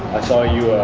i saw you